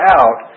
out